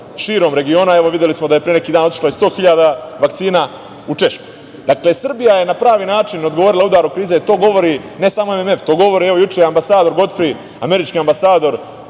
širom regiona. Videli smo da je pre neki dan otišlo 100.000 vakcina u Češku. Dakle, Srbija je na pravi način odgovorila udaru krize, i to govori ne samo MMF, to govori juče ambasador Godfri, američki ambasador.